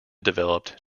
developed